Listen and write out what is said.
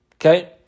Okay